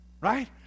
Right